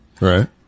right